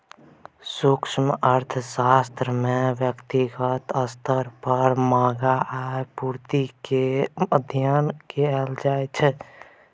सूक्ष्म अर्थशास्त्र मे ब्यक्तिगत स्तर पर माँग आ पुर्ति केर अध्ययन कएल जाइ छै